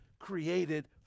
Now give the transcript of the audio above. Created